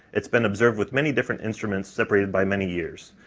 it's been observed with many different instruments separated by many years.